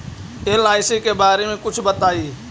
LIC के बारे मे कुछ बताई?